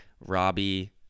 Robbie